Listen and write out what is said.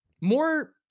more